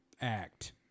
act